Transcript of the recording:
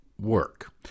work